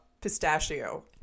pistachio